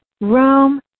Rome